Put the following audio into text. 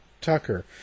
Tucker